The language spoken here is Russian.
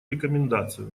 рекомендацию